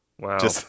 wow